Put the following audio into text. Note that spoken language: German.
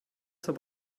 zur